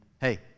Hey